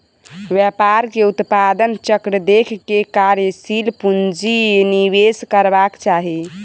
व्यापार के उत्पादन चक्र देख के कार्यशील पूंजी निवेश करबाक चाही